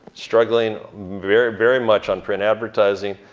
struggling very very much on print advertising,